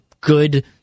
good